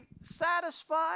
satisfied